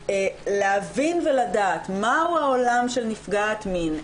להבין ולדעת מה הוא העולם של נפגעת מין,